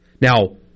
Now